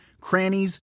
crannies